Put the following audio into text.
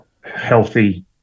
healthy